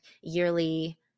yearly